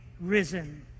risen